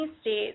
states